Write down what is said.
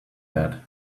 that